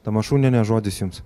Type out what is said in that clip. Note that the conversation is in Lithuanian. tamašuniene žodis jums